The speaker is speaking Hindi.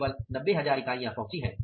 केवल 90000 इकाइयां पहुंची हैं